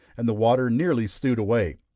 and the water nearly stewed away.